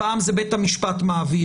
פעם זה בית המשפט מעביר,